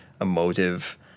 emotive